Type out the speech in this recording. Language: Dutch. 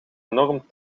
enorm